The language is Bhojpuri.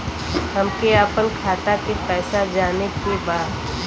हमके आपन खाता के पैसा जाने के बा